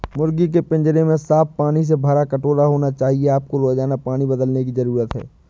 मुर्गी के पिंजरे में साफ पानी से भरा कटोरा होना चाहिए आपको रोजाना पानी बदलने की जरूरत है